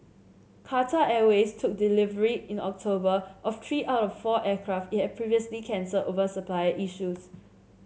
Qatar Airways took delivery in October of three out of four aircraft it had previously cancelled over supplier issues